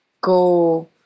go